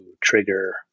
trigger